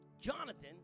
Jonathan